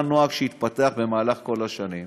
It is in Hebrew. מה הנוהג שהתפתח במהלך כל השנים?